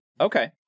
Okay